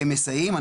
כמסייעים,